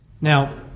Now